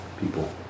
people